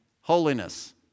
holiness